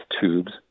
tubes